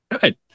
good